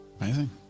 Amazing